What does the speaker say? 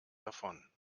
davon